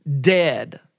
dead